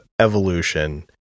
evolution